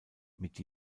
mit